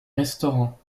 restaurant